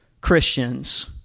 Christians